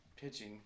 pitching